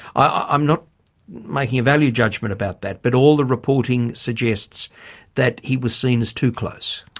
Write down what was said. i'm not making a value judgement about that but all the reporting suggests that he was seen as too close.